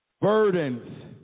Burdens